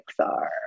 Pixar